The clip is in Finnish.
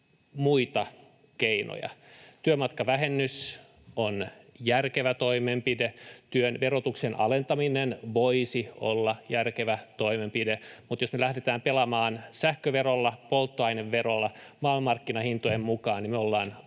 muita keinoja. Työmatkavähennys on järkevä toimenpide, työn verotuksen alentaminen voisi olla järkevä toimenpide, mutta jos me lähdetään pelaamaan sähköverolla, polttoaineverolla maailmanmarkkinahintojen mukaan, me ollaan